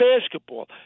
basketball